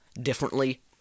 differently